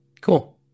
Cool